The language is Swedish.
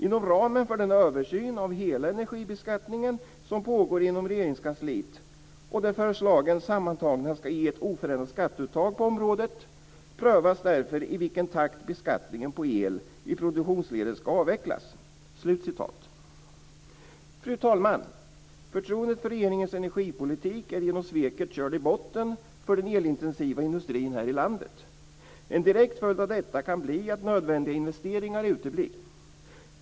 Inom ramen för den översyn av hela energibeskattningen som pågår inom regeringskansliet och där förslagen sammantagna skall ge ett oförändrat skatteuttag på området, prövas därför i vilken takt beskattningen av el i produktionsledet skall avvecklas." Fru talman! Förtroendet för regeringens energipolitik är genom sveket körd i botten för den elintensiva industrin här i landet. En direkt följd av detta kan bli att nödvändiga investeringar uteblir.